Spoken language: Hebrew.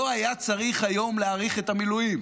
לא היה צריך היום להאריך את המילואים.